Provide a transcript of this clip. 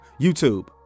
YouTube